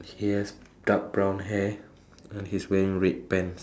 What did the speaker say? he has dark brown hair and he's wearing red pants